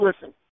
listen